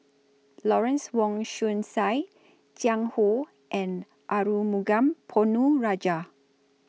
Lawrence Wong Shyun Tsai Jiang Hu and Arumugam Ponnu Rajah